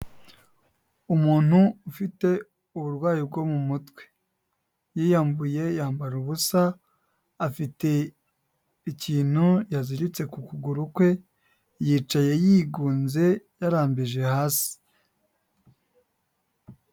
Umuntu ufite uburwayi bwo mu mutwe, yiyambuye yambara ubusa, afite ikintu yaziritse ku kuguru kwe, yicaye yigunze yarambije hasi.